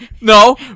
No